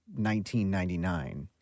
1999